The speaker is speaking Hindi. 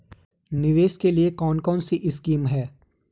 निवेश के लिए कौन कौनसी स्कीम हैं?